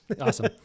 awesome